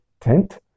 tent